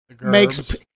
Makes